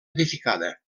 edificada